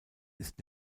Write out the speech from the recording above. ist